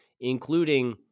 including